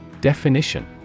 Definition